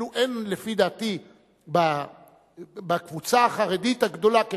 אפילו אין לפי דעתי בקבוצה החרדית הגדולה כקבוצה,